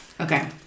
Okay